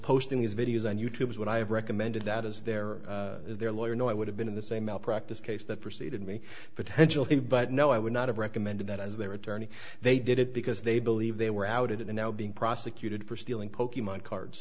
posting these videos on you tube what i have recommended that is there their lawyer no i would have been in the same malpractise case that preceded me potentially but no i would not have recommended that as their attorney they did it because they believe they were outed and now being prosecuted for stealing poky my cards